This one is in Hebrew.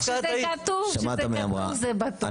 כשזה כתוב זה בטוח.